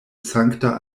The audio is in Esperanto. sankta